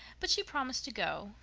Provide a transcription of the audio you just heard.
but she promised to go,